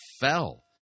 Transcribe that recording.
fell